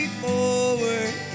forward